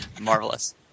Marvelous